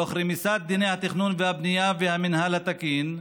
תוך רמיסת דיני התכנון והבנייה והמינהל התקין,